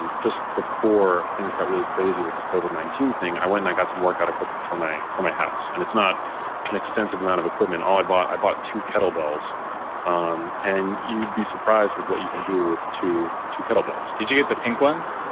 and just before things got really crazy with the covid nineteen thing, i went and i got some workout equipment for my for my house and it's not an extensive amount of equipment. all i bought, i bought two kettlebells um and you'd be surprised with what you can do with two two kettlebells did you get the pink ones?